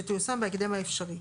שתיושם בהקדם האפשרי,